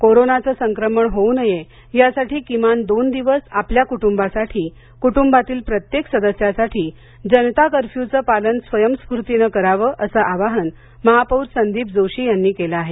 कोरोनाचे संक्रमण होऊ नये यासाठी किमान दोन दिवस आपल्या कुटुंबासाठी कुटुंबातील प्रत्येक सदस्यासाठी जनता कर्फ्यूचं पालन स्वयंस्फूर्तीने करावं असं आवाहन महापौर संदीप जोशी यांनी केलं आहे